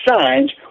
signs